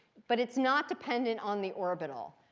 but it's not dependent on the orbital.